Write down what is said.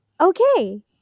Okay